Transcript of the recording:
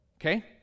Okay